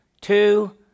two